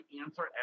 answer